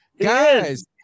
Guys